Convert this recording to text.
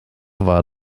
war